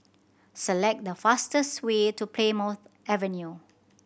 select the fastest way to Plymouth Avenue